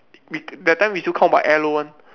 wait that time we still count by elo one